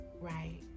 right